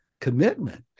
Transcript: commitment